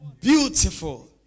Beautiful